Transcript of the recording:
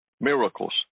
Miracles